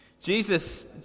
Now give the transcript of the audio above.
Jesus